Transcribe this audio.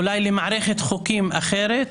אולי למערכת חוקים אחרת,